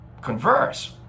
converse